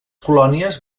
colònies